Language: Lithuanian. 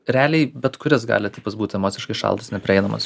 realiai bet kuris gali tipas būti emociškai šaltas neprieinamas